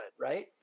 right